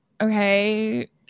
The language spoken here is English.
okay